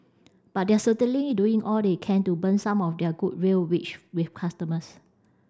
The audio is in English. but they're certainly doing all they can to burn some of their goodwill which with customers